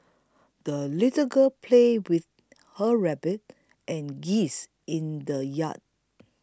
the little girl played with her rabbit and geese in the yard